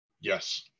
yes